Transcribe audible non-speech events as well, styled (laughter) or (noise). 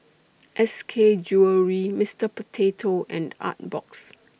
(noise) S K Jewellery Mister Potato and Artbox